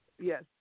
yes